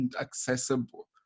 accessible